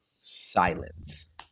silence